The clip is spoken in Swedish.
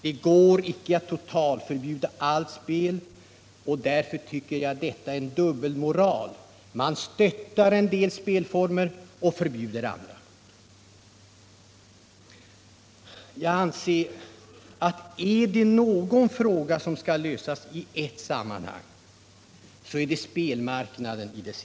Det går icke att totalförbjuda allt spel, och därför tycker jag att det här är fråga om dubbelmoral: man stöder en del spelformer och förbjuder andra. Är det någon fråga som skall lösas i ett sammanhang så är det spelmarknadsfrågorna.